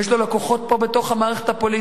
יש לו לקוחות פה בתוך המערכת הפוליטית,